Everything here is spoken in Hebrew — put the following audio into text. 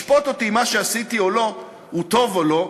ישפוט אותי אם מה שעשיתי או לא הוא טוב או לא,